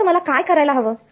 तर मला काय करायला हवं